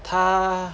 他